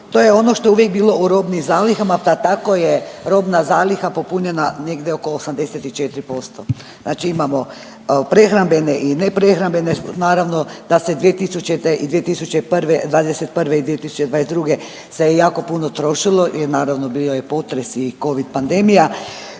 to je ono što je uvijek bilo u robnim zalihama, pa tako je robna zaliha popunjena negdje oko 84%, znači imamo prehrambene i neprehrambene, naravno da se 2000. i 2001., '21. i 2022. se je jako puno trošilo i naravno bio je potres i Covid pandemija,